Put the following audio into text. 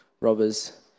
robbers